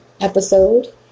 episode